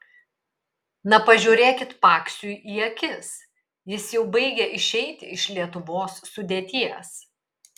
na pažiūrėkit paksiui į akis jis jau baigia išeiti iš lietuvos sudėties